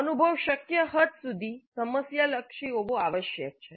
અનુભવ શક્ય હદ સુધી સમસ્યા લક્ષી હોવો આવશ્યક છે